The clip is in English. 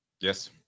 Yes